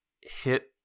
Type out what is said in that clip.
hit